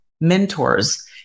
mentors